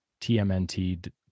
TMNT